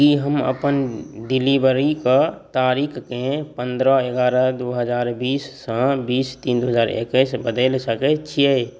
कि हम अपन डिलीवरीके तारीखके पनरह एगारह दुइ हजार बीससँ बीस तीन दुइ हजार इकैस बदलि सकै छिए